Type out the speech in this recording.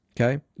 okay